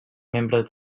membres